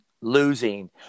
Losing